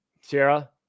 Sarah